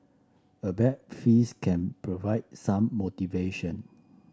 a bag fees can provide some motivation